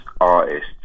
artists